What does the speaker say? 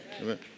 Amen